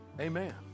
Amen